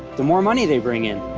the more money they bring in.